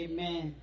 Amen